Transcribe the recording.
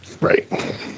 Right